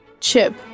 Chip